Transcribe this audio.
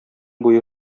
буе